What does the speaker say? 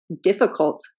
difficult